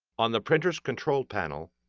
on the printer's control panel,